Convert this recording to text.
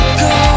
go